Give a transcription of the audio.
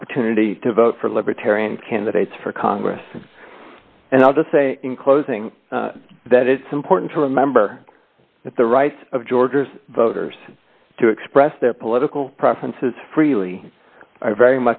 opportunity to vote for libertarian candidates for congress and i'll just say in closing that it's important to remember that the rights of georgia voters to express their political preferences freely are very